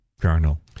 Colonel